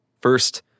First